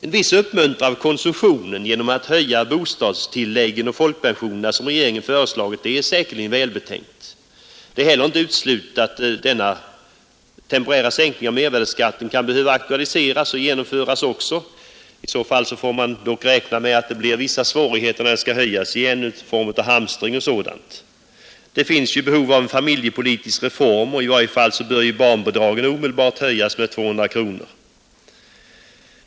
En viss uppmuntran av konsumtionen genom att höja bostadstilläggen och folkpensionerna som regeringen föreslagit är säkerligen välbetänkt. Det är heller inte uteslutet att en temporär sänkning av mervärdeskatten kan behöva aktualiseras och genomföras. I så fall får man dock räkna med att det blir vissa svårigheter, när skatten skall höjas igen, i form av hamstring och sådant. Det finns även behov av en familjepolitisk reform, och i varje fall bör barnbidragen omedelbart höjas med 200 kronor.